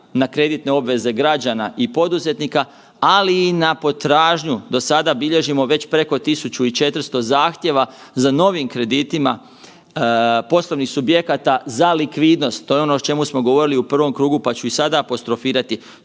na kreditne obveze građana i poduzetnika, ali i na potražnju. Do sada bilježimo već preko 1.400 zahtjeva za novim kreditima poslovnih subjekata za likvidnost, to je o čemu smo govorili u prvom krugu pa ću i sada apostrofirati.